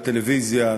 את הטלוויזיה,